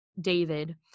David